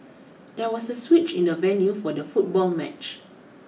there was a switch in the venue for the football match